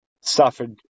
suffered